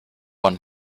one